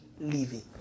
living